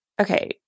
okay